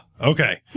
Okay